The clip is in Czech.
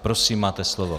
Prosím, máte slovo.